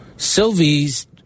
Sylvie's